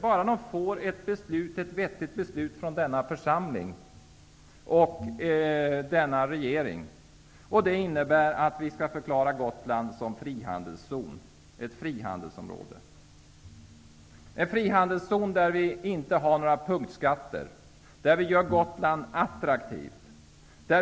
Det enda som behövs är ett vettigt beslut från denna församling och från regeringen. Vi skall förklara Gotland som frihandelszon. Det skall vara ett frihandelsområde där det inte finns några punktskatter. Vi skall göra Gotland attraktivt.